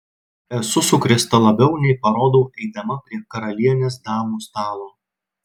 esu sukrėsta labiau nei parodau eidama prie karalienės damų stalo